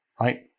right